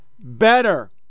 better